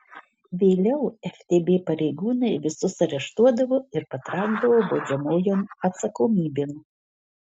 vėliau ftb pareigūnai visus areštuodavo ir patraukdavo baudžiamojon atsakomybėn